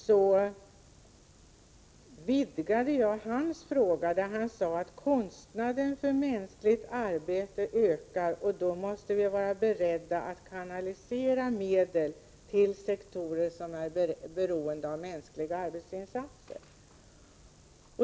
Jag vidgade hans fråga något. Han sade nämligen att kostnaden för mänskligt arbete ökar och att vi då måste vara beredda att kanalisera medel till sektorer som är beroende av mänskliga arbetsinsatser.